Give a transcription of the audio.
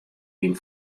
lyn